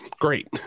Great